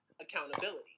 accountability